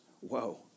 whoa